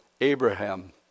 Abraham